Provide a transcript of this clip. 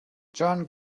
john